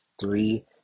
three